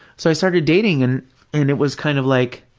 so, i started dating, and and it was kind of like,